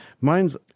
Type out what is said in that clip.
mine's